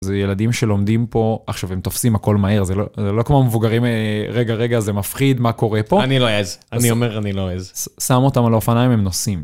זה ילדים שלומדים פה, עכשיו הם תופסים הכל מהר, זה לא כמו המבוגרים, רגע, רגע, זה מפחיד, מה קורה פה. - אני לא אעז, אני אומר, אני לא אעז. - שם אותם על האופניים, הם נוסעים.